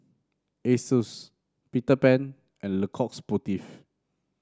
Asus Peter Pan and Le Coq Sportif